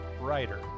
writer